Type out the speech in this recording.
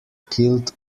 killed